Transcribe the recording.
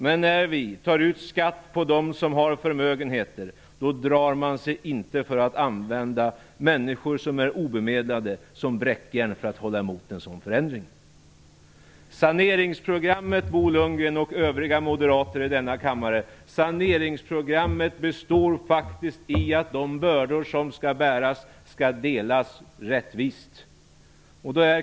Men när vi tar ut skatt på dem som har förmögenheter drar man sig inte för att använda obemedlade människor som bräckjärn för att hålla emot en sådan förändring. Saneringsprogrammet, Bo Lundgren och övriga moderater här i kammaren, består faktiskt i att de bördor som skall bäras skall delas rättvist.